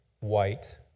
white